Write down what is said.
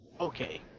Okay